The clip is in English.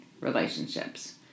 relationships